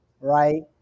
right